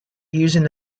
using